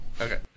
Okay